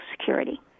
Security